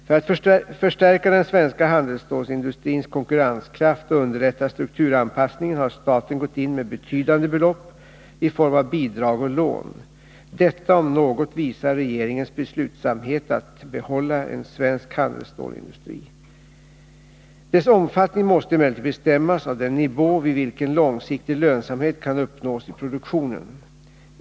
För att stärka den svenska handelsstålsindustrins konkurrenskraft och underlätta strukturanpassningen har staten gått in med betydande belopp i form av bidrag och lån. Detta om något visar regeringens beslutsamhet att behålla en svensk handelsstålsindustri. Dess omfattning måste emellertid bestämmas av den nivå vid vilken långsiktig lönsamhet kan uppnås i produktionen.